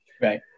Right